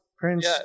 Prince